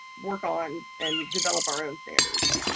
work on and develop our own standards.